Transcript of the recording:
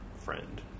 friend